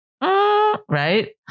Right